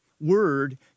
word